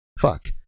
fuck